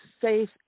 safe